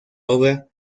obra